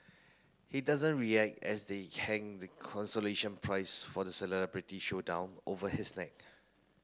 he doesn't react as they hang the consolation prize for the celebrity showdown over his neck